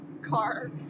car